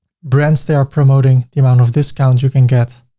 brands, they are promoting the amount of discounts you can get.